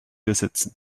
ersetzen